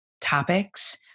topics